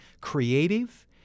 creative